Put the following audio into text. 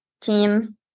team